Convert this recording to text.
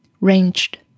Ranged